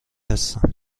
هستم